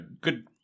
good